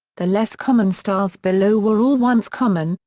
the less-common styles below were all once common,